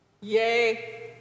yay